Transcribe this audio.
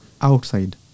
outside